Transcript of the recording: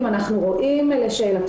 נסה בבקשה לסיים.